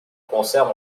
conserve